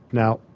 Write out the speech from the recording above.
now,